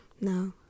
No